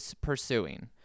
pursuing